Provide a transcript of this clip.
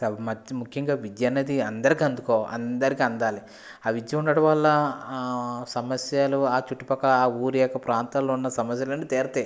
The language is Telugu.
ముఖ్యంగా విద్య అనేది అందరికీ అందుకోవా అందరికీ అందాలి ఆ విద్య ఉండడంవల్ల సమస్యలు ఆ చుట్టుపక్కల ఆ ఊరు యొక్క ప్రాంతంలో ఉన్న సమస్యలన్నీ తీరతాయి